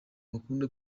bakunda